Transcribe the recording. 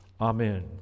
amen